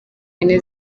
yine